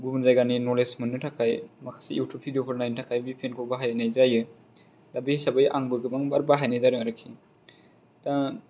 गुबुन जायगानि नलेज मोननो थाखाय माखासे इउथुब भिडिय'फोर नायनो थाखाय भिपिएनखौ बाहायनाय जायो दा बे हिसाबै आंबो गोबांबार बाहायनाय जादों आरखि दा